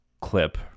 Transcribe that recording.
clip